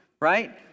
Right